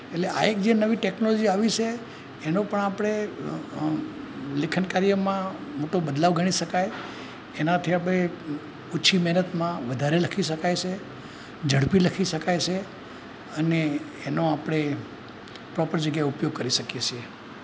એટલે આ એક જે નવી ટૅકનોલોજી આવી છે એનો પણ આપણે લેખનકાર્યમાં મોટો બદલાવ ગણી શકાય એનાથી આપણે ઓછી મહેનતમાં વધારે લખી શકાય છે ઝડપી લખી શકાય છે અને એનો આપણે પ્રૉપર જગ્યાએ ઉપયોગ કરી શકીએ છીએ